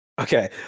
Okay